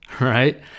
right